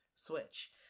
switch